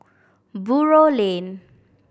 Buroh Lane